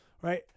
right